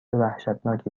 وحشتناکی